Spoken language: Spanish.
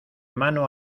mano